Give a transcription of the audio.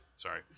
Sorry